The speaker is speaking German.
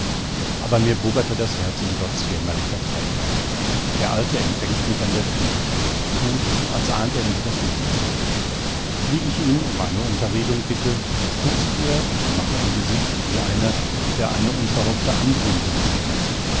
aber mir bubberte das herz in gottsjämmerlicher feigheit der alte empfängt mich an der tür tut als ahnt er nicht das mindeste wie ich ihn um eine unterredung bitte stutzt er und macht ein gesicht wie einer der eine unverhoffte anpumpung wittert